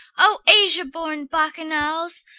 o asia-born bacchanals,